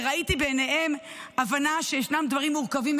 וראיתי בעיניהם הבנה שישנם דברים מורכבים.